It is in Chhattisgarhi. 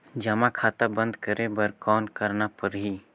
जमा खाता बंद करे बर कौन करना पड़ही?